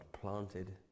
planted